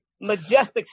majestic